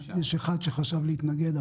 יש אחד שחשב להתנגד,